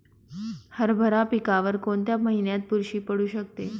हरभरा पिकावर कोणत्या महिन्यात बुरशी पडू शकते?